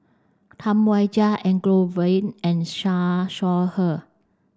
Tam Wai Jia Elangovan and Siew Shaw Her